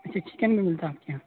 اچھا چکن بھی ملتا ہے آپ کے یہاں